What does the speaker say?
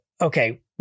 okay